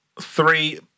three